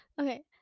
Okay